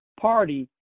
Party